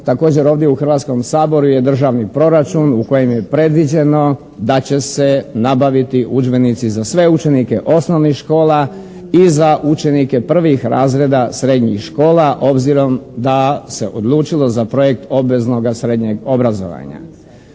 također ovdje u Hrvatskom saboru je državni proračun u kojem je predviđeno da će se nabaviti udžbenici za sve učenike osnovnih škola i za učenike prvih razreda srednjih škola obzirom da se odlučilo za projekt obveznoga srednjeg obrazovanja.